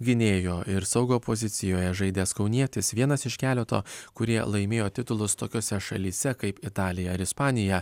gynėjo ir saugo pozicijoje žaidęs kaunietis vienas iš keleto kurie laimėjo titulus tokiose šalyse kaip italija ar ispanija